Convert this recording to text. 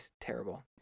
terrible